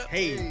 Hey